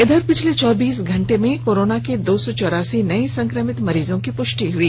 इधर पिछले चौबीस घंटे में कोरोना के दो सौ चारासी नए संक्रमित मरीजों की पुष्टि हुई